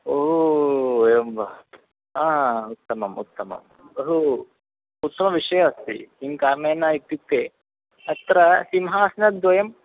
ओ एवं वा उत्तमम् उत्तमं बहु उत्सवविषये अस्ति किं कारणेन इत्युक्ते अत्र सिंहासनद्वयं